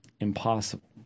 impossible